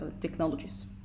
technologies